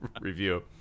review